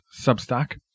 Substack